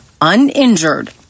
uninjured